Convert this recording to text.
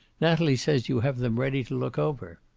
natalie says you have them ready to look over.